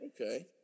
Okay